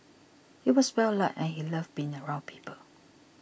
he was well liked and he loved being around people